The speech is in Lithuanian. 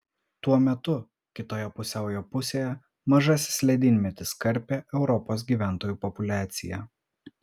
tuo metu kitoje pusiaujo pusėje mažasis ledynmetis karpė europos gyventojų populiaciją